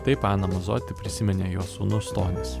tai aną mazoti prisiminė jos sūnus tomas